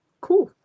Cool